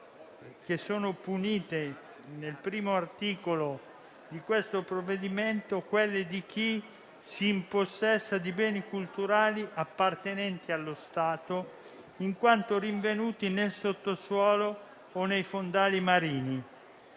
previste, punite nel primo articolo di questo provvedimento, quelle di chi si impossessa di beni culturali appartenenti allo Stato in quanto rinvenuti nel sottosuolo o nei fondali marini.